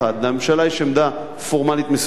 לממשלה יש עמדה פורמלית מסוימת,